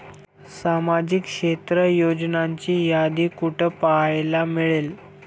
सामाजिक क्षेत्र योजनांची यादी कुठे पाहायला मिळेल?